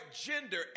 gender